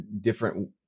different